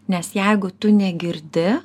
nes jeigu tu negirdi